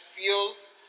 feels